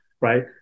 right